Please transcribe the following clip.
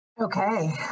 Okay